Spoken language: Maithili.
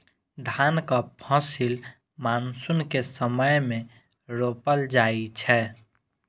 धानक फसिल मानसून के समय मे रोपल जाइ छै